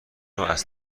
رواز